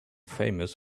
famous